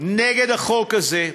נגד החוק הזה,